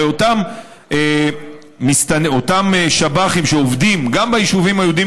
הרי גם מי שעובדים ביישובים היהודיים